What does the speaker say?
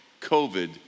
COVID